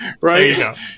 Right